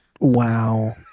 Wow